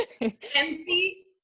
empty